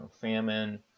famine